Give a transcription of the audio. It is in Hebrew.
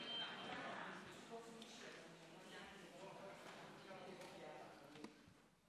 חבר הכנסת בנט עולה ומדבר כאן על המובטלים,